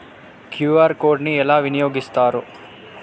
QR code ని ఎలా వినియోగిస్తారు?